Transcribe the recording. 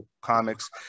Comics